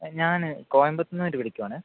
ഞാൻ കോയമ്പത്തുനിന്ന് വേണ്ടി വിളിക്കുവാണെ